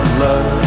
love